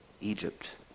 Egypt